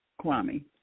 Kwame